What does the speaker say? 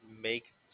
make